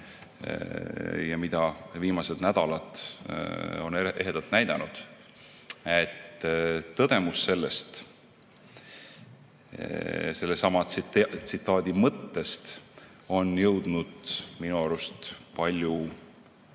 ja mida viimased nädalad on ehedalt näidanud: et tõdemus sellesama tsitaadi mõttest on jõudnud minu arust palju